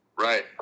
Right